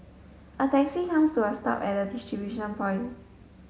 a taxi comes to a stop at the distribution point